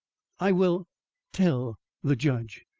i will tell the judge,